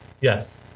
Yes